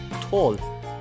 Tall